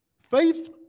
faith